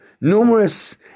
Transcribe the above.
numerous